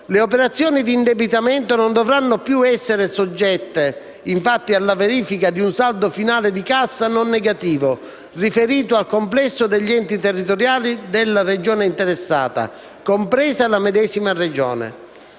le operazioni di indebitamento non dovranno più essere soggette, infatti, alla verifica di un saldo finale di cassa non negativo riferito al complesso degli enti territoriali della Regione interessata, compresa la medesima Regione.